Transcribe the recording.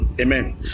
Amen